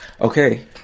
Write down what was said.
Okay